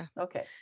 Okay